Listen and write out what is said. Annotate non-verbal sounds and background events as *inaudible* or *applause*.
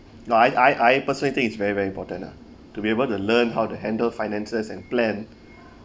no I I I personally think it's very very important ah to be able to learn how to handle finances and plan *breath*